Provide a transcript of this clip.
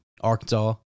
Arkansas